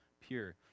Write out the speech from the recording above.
pure